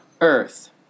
earth